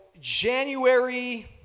January